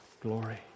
glory